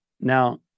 Now